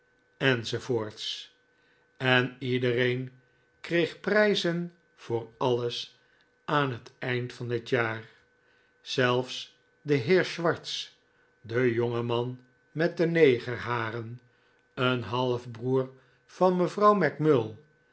enz en iedereen kreeg prijzen voor alles aan het eind van het jaar zelfs de heer swartz de jonge man met de negerharen een halfbroer van mevrouw mac mull